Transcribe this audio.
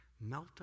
melt